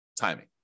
timing